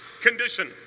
condition